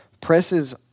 presses